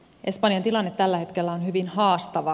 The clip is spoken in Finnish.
espanjan tilanne tällä hetkellä on hyvin haastava